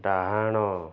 ଡାହାଣ